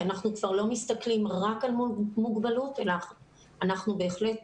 אנחנו כבר לא מסתכלים רק על מוגבלות אלא אנחנו בהחלט